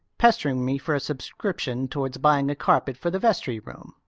pestering me for a subscription towards buying a carpet for the vestry room,